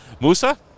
Musa